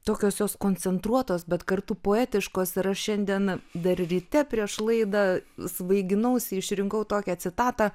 tokios koncentruotos bet kartu poetiškos yra šiandiena dar ryte prieš laidą svaiginausi išrinkau tokią citatą